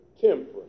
temperance